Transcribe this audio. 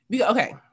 Okay